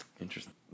Interesting